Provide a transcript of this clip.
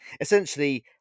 Essentially